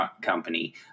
company